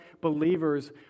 believers